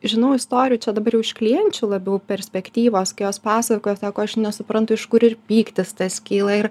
žinau istorijų čia dabar jau iš klienčių labiau perspektyvos kai jos pasakojo sako aš nesuprantu iš kur ir pyktis tas kyla ir